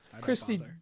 Christy